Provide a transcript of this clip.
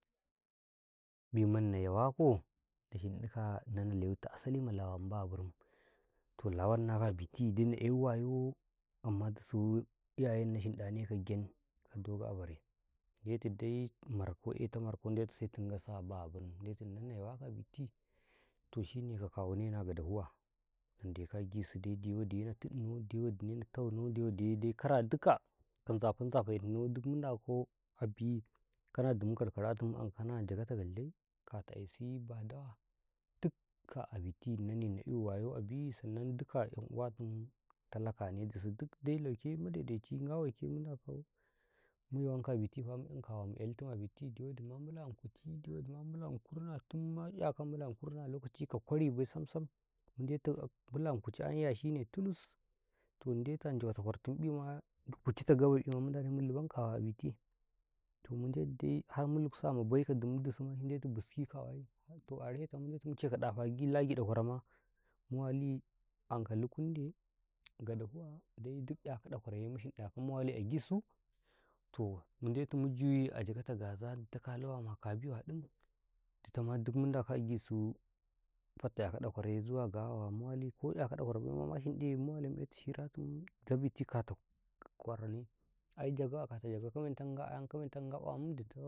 ﻿Biman na yawako na shinɗiko ino na lewta asali ma lawa ma Babir toh lawannakaw a biti de na kyai wayo amma dusu iyayenau yinɗenekaw kagem dogo Abare ndetu dai marko etoh marko ndetu se tingasu a babir ndetu inaw na yawakaw a biti toh shine ka kawunenaw a gadafuwa na ndeko a gisu dawadiye na titnaw dawadiye na taunaw dawaniye dai kara ka nzafe-nzafenaw dikma ndako abi kara duma karkaratin 'yam kana jagauta ngwalde kata aiisi badawa dika a biti inwane na'i wayo abi sannan dika 'yam uatin talakane dusu dik dai lake madaidaichi nga waike mu ndako mu yawankaw abitifa mu 'yam kawa ma kyalitim abiti dawadi ma nƃila ma kuci dawdi ma nƃila ma kurna timma ƙyakaw a nƃila ma kurna lokaci ka kwari ba sam-sam mu ndetu tulus ma kuci ayam yashine tulus toh ndetu anjawota kwartim ƃii ma kucita gabai'ima mu luban kawa abiti toh mu ndetu dai har mu luksi amabai dusu ma se ndetu buski kawayi toh arisheto ma mu ndetu mu cekaw ɗafa ndaagi ɗakwaro ma mu wali ankaw lukundi gadafuwa dai dik 'yako ɗakwaroye mu shinɗako mu wali agisu toh mu ndetu mu juyi a jagauta gaza ditau kaluwa ma kabiya ƃim ditama dikmu ndako agisu fatta kyakaw ɗakwaraye ala gawawa mu wali ko ƙyako ɗakora baima mu yinɗi mu wali memmu mu etu shiratim ka biti kataw kwaro ne ai jagau a katau jagau ka mentauka nga 'yam ka mentauka nga ƃam ditoh.